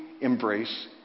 embrace